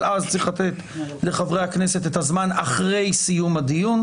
אבל אז צריך לתת לחברי הכנסת את הזמן אחרי סיום הדיון.